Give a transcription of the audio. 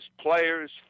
players